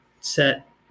set